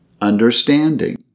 understanding